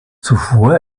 zuvor